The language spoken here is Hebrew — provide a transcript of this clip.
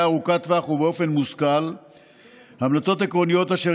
ארוכת טווח ובאופן מושכל המלצות עקרוניות אשר